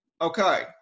Okay